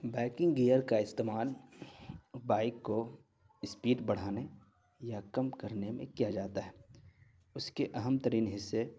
biking gear کا استعمال bike کو اسپیڈ بڑھانے یا کم کرنے میں کیا جاتا ہے اس کے اہم ترین حصے